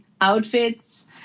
outfits